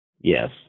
Yes